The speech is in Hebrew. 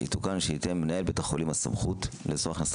יתוקן שיינתן למנהל בית החולים הסמכות לאסור הכנסת